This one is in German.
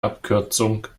abkürzung